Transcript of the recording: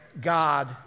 God